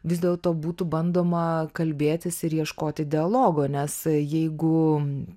vis dėlto būtų bandoma kalbėtis ir ieškoti dialogo nes jeigu